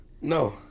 No